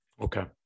Okay